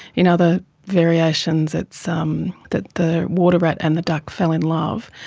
in other variations it's um that the water rat and the duck fell in love.